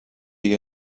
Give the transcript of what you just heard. you